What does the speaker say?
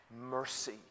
mercy